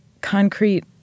concrete